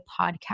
podcast